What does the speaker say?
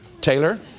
Taylor